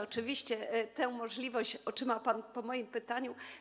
Oczywiście tę możliwość otrzyma pan po moim pytaniu.